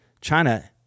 China